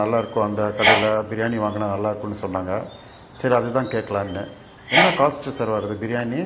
நல்லாயிருக்கும் அந்த கடையில் பிரியாணி வாங்குனா நல்லாயிருக்குன்னு சொன்னாங்க சரி அதுதான் கேட்கலான்னு என்ன காஸ்ட்டு சார் வருது பிரியாணி